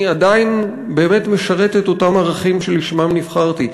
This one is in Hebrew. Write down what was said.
עדיין באמת משרת את אותם ערכים שלשמם נבחרתי?